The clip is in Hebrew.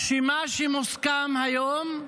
מה שמוסכם היום,